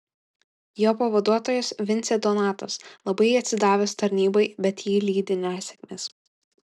jo pavaduotojas vincė donatas labai atsidavęs tarnybai bet jį lydi nesėkmės